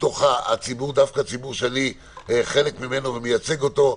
דווקא מחלק מהציבור שלי שאני חלק ממנו ומייצג אותו.